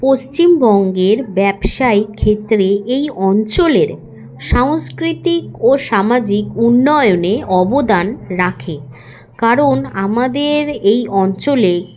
পশ্চিমবঙ্গের ব্যবসায় ক্ষেত্রে এই অঞ্চলের সাংস্কৃতিক ও সামাজিক উন্নয়নে অবদান রাখে কারণ আমাদের এই অঞ্চলে